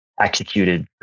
executed